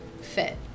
fit